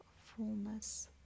fullness